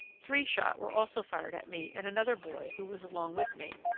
three shot were also fired at me and another boy who was along with me,